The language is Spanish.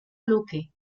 luque